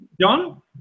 John